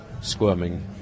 squirming